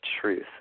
truth